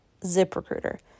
ZipRecruiter